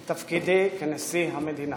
את תפקידי כנשיא המדינה.